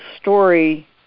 story